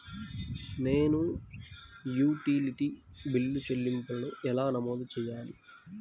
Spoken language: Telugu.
నేను యుటిలిటీ బిల్లు చెల్లింపులను ఎలా నమోదు చేయాలి?